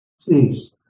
Please